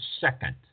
second